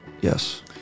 Yes